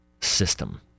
system